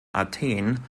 athen